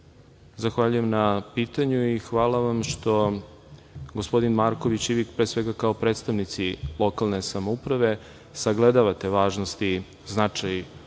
zahvaljujem na pitanju i hvala vam što gospodin Marković i vi pre svega kao predstavnici lokalne samouprave sagledavate važnosti, značaj